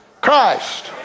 Christ